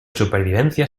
supervivencia